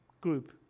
group